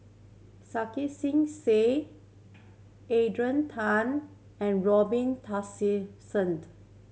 Sarkasi Said Adrian Tan and Robin Tessensohned